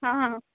ਹਾਂ ਹਾਂ